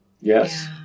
Yes